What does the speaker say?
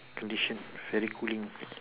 condition very cooling